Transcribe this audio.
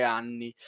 anni